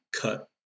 cut